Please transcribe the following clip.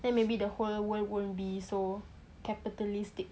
then maybe the whole world won't be so capitalistic